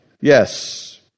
Yes